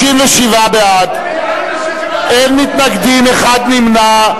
57 בעד, אין מתנגדים, אחד נמנע.